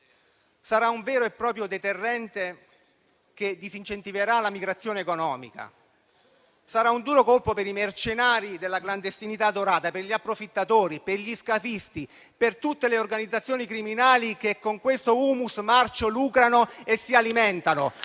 sarà un vero e proprio deterrente che disincentiverà la migrazione economica; sarà un duro colpo per i mercenari della clandestinità adorata, per gli approfittatori, per gli scafisti, per tutte le organizzazioni criminali che, con questo *humus* marcio, lucrano e si alimentano